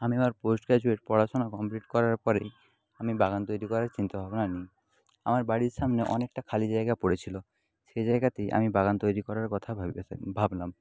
আমি আমার post graduate পড়াশোনা কমপ্লিট করার পরে আমি বাগান তৈরি করার চিন্তাভাবনা নিই আমার বাড়ির সামনে অনেকটা খালি জায়গা পড়ে ছিল সেই জায়গাতেই আমি বাগান তৈরি করার কথা ভাবলাম